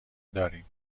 داریم